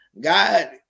God